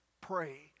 pray